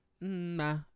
Nah